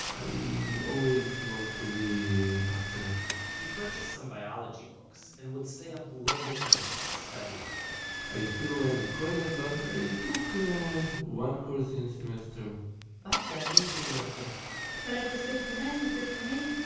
i always want to be doctor he purchased some biology books, and would stay up late at night, studying i still learn in koilel but i took one course in semester batya didn't really object whatever's good for him, is good for me.